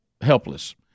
helpless